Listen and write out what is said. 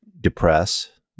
depress